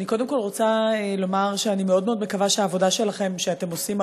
אני קודם כול רוצה לומר שאני מאוד מאוד מקווה שהעבודה שאתם עושים,